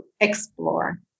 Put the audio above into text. explore